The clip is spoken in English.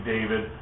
David